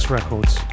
Records